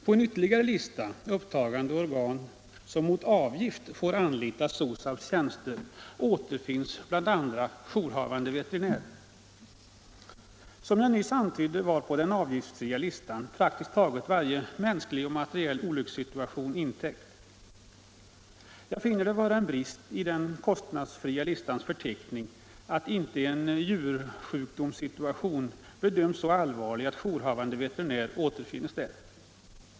På en ytterligare lista, upptagande organ som mot avgift får anlita SOSAB:s tjänster, återfinns bl.a. jourhavande veterinär. Som jag nyss antydde var på den avgiftsfria listan praktiskt taget varje mänsklig och materiell olyckssituation intäckt. Jag finner det vara en brist i den kostnadsfria listans förteckning att inte en djursjukdomssituation bedöms så allvarlig att jourhavande veterinär återfinns på listan.